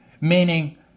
meaning